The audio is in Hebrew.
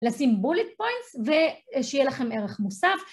לשים בולט פוינטס ושיהיה לכם ערך מוסף.